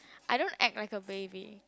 I don't act like a baby